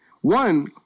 One